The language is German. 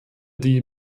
die